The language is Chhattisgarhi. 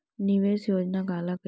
निवेश योजना काला कहिथे?